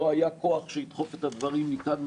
לא היה כוח שידחוף את הדברים מכאן,